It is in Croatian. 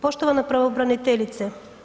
Poštovana pravobraniteljice.